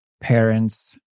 parents